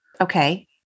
Okay